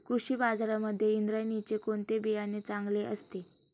कृषी बाजारांमध्ये इंद्रायणीचे कोणते बियाणे चांगले असते?